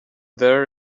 there